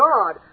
God